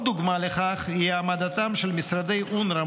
עוד דוגמה לכך היא העמדתם של משרדי אונר"א,